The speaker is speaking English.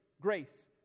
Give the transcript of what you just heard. grace